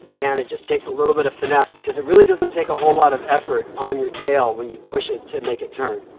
and it just takes a little bit of finesse because it really doesn't take a whole lot of effort on your tail when you push it to make it turn.